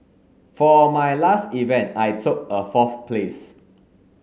for my last event I took a fourth place